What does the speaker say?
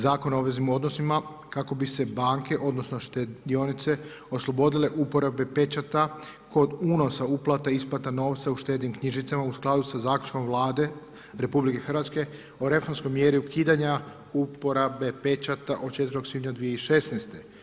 Zakona o obveznim odnosima kako bi se banke odnosno štedionice oslobodile uporabe pečata kod unosa uplata i isplata novca u štednim knjižicama u skladu sa zaključkom Vlade Republike Hrvatske o reformskoj mjeri ukidanja uporabe pečata od 4. svibnja 2016.